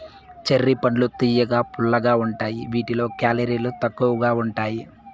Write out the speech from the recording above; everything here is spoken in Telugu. చెర్రీ పండ్లు తియ్యగా, పుల్లగా ఉంటాయి వీటిలో కేలరీలు తక్కువగా ఉంటాయి